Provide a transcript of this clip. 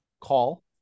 call